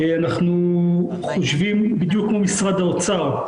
אנחנו חושבים בדיוק כמו משרד האוצר,